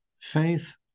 faith